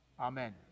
Amen